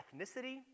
ethnicity